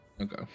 Okay